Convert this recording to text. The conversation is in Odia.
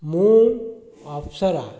ମୁଁ ଅପ୍ସରା